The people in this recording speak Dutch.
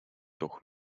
toch